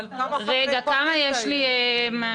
רגע, כמה יש לי מהליכוד?